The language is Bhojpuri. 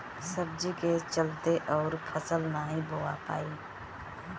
सब्जी के चलते अउर फसल नाइ बोवा पाई